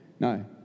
No